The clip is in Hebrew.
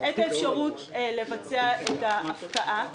את האפשרות לבצע את ההפקעה,